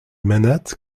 manates